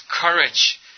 courage